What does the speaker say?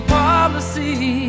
policy